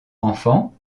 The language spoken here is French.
enfants